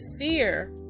fear